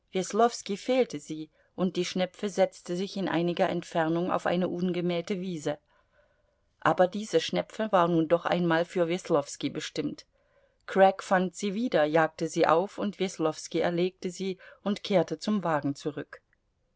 fehlte sie und die schnepfe setzte sich in einiger entfernung auf eine ungemähte wiese aber diese schnepfe war nun doch einmal für weslowski bestimmt crack fand sie wieder jagte sie auf und weslowski erlegte sie und kehrte zum wagen zurück